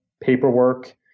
paperwork